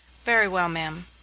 very well, ma'am.